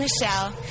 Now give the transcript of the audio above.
Michelle